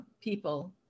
people